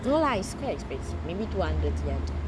no lah it's quite expensive maybe two hundred three hundred